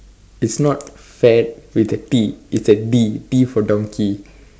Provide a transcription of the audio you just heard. is not fad with a T it's a D D for donkey